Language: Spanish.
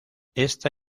esta